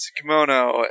Kimono